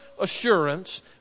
assurance